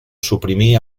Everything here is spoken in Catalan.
suprimir